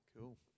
Cool